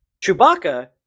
Chewbacca